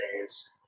days